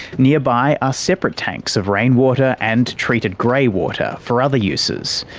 nearby are separate tanks of rainwater, and treated grey water, for other uses,